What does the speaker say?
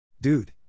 Dude